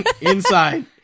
Inside